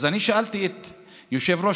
אז אני שאלתי את יושב-ראש